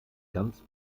ganz